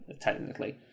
technically